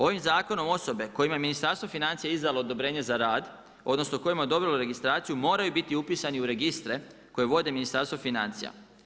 Ovim zakonom osobe, kojima je Ministarstvo financija izdalo odobrenje za rad, odnosno kojima je odobrilo registraciju moraju biti upisani u registre koje vode Ministarstvo financija.